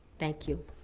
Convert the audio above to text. thank you.